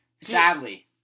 Sadly